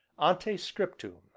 ante scriptum